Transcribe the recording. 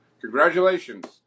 Congratulations